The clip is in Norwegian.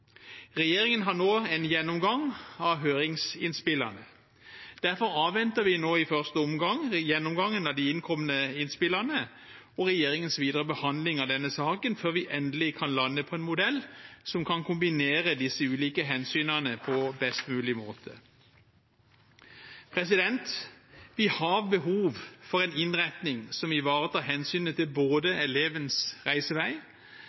Regjeringen har nå en gjennomgang av høringsinnspillene. Derfor avventer vi i første omgang gjennomgangen av de innkomne innspillene og regjeringens videre behandling av denne saken før vi endelig kan lande på en modell som kan kombinere disse ulike hensynene på best mulig måte. Vi har behov for en innretning som ivaretar hensynet til både elevenes reisevei,